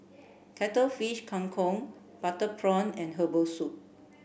Cuttlefish Kang Kong butter prawn and herbal soup